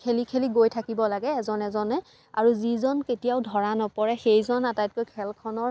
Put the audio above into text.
খেলি খেলি গৈ থাকিব লাগে এজন এজনে আৰু যিজন কেতিয়াও ধৰা নপৰে সেইজন আটাইতকৈ খেলখনৰ